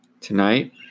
Tonight